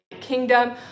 Kingdom